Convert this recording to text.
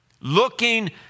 Looking